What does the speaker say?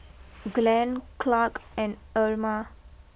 Glenn Clarke and Erma